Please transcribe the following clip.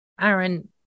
Aaron